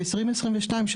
ב-2022,